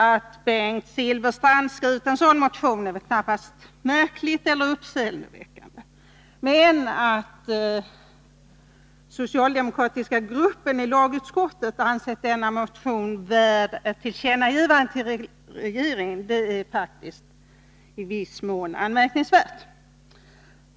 Att Bengt Silfverstrand skrivit en sådan motion är väl knappast märkligt eller uppseendeväckande, men att den socialdemokratiska gruppen i lagutskottet ansett denna motion värd ett tillkännagivande till regeringen är faktiskt i viss mån anmärkningsvärt.